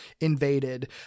invaded